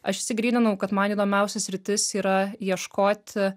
aš išsigryninau kad man įdomiausia sritis yra ieškoti